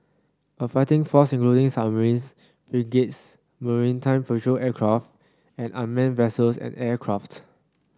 a fighting force including submarines frigates maritime patrol aircraft and unmanned vessels and aircraft